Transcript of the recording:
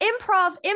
improv